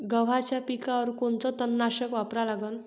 गव्हाच्या पिकावर कोनचं तननाशक वापरा लागन?